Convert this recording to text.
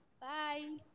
Bye